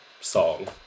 song